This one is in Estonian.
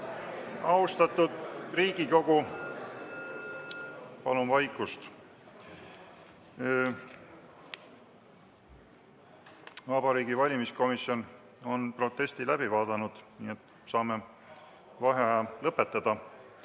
Austatud Riigikogu, palun vaikust! Vabariigi Valimiskomisjon on protesti läbi vaadanud, nii et saame vaheaja lõpetada.